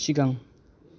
सिगां